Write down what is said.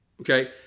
okay